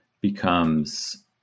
becomes